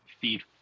feed